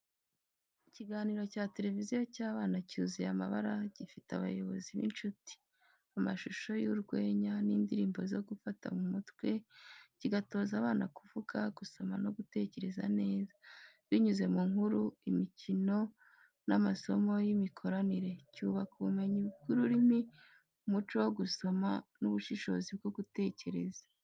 Ikiganiro cya televiziyo cy’abana cyuzuye amabara gifite abayobozi b’inshuti, amashusho y’urwenya, n’indirimbo zo gufata mu mutwe, kigatoza abana kuvuga, gusoma no gutekereza neza. Binyuze mu nkuru, imikino, n’amasomo y’imikoranire, cyubaka ubumenyi bw’ururimi, umuco wo gusoma n’ubushobozi bwo gutekereza.